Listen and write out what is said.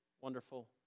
wonderful